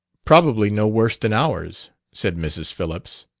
probably no worse than ours, said mrs. phillips.